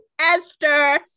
Esther